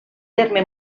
terme